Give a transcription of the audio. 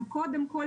קודם כול